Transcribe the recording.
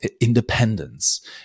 independence